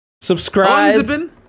subscribe